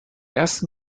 ersten